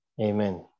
Amen